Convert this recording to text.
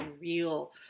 real